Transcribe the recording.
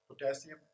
potassium